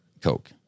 coke